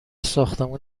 ساختمون